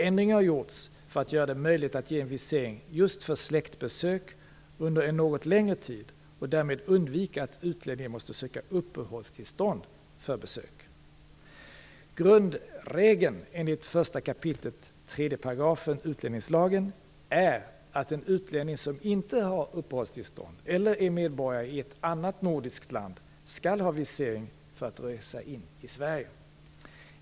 Ändringen har gjorts för att göra det möjligt att ge en visering för släktbesök under en något längre tid och därmed undvika att utlänningen måste söka uppehållstillstånd för besök. Grundregeln enligt 1 kap. 3 § utlänningslagen är att en utlänning som inte har uppehållstillstånd eller är medborgare i ett annat nordiskt land skall ha visering för att resa in i Sverige.